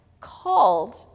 called